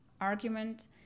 argument